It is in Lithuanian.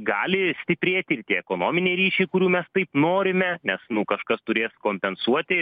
gali stiprėti ir tie ekonominiai ryšiai kurių mes taip norime nes nu kažkas turės kompensuoti